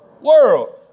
world